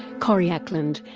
corrie ackland,